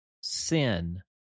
sin